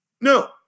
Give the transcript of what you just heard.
No